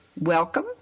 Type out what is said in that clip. Welcome